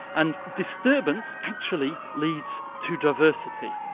and disturbance actually leads to diversity.